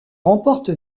remporte